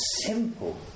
simple